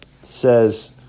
says